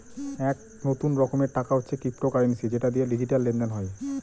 এক নতুন রকমের টাকা হচ্ছে ক্রিপ্টোকারেন্সি যেটা দিয়ে ডিজিটাল লেনদেন হয়